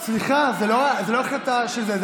זה לא החלטה של זה.